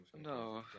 No